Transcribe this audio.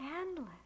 endless